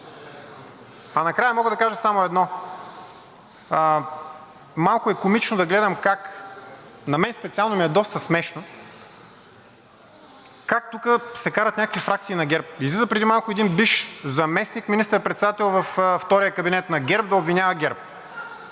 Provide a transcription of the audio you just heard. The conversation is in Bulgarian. А накрая мога да кажа само едно. Малко е комично, на мен специално ми е доста смешно как тук се карат някакви фракции на ГЕРБ. Излиза преди малко един бивш заместник министър-председател във втория кабинет на ГЕРБ да обвинява ГЕРБ?!